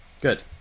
Good